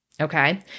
Okay